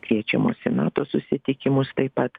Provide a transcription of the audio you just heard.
kviečiamos į nato susitikimus taip pat